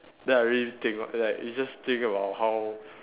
then I really think like you just think about how